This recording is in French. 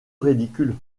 ridicule